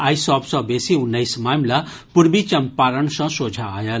आइ सभ सँ बेसी उन्नैस मामिला पूर्वी चंपारण सँ सोझा आयल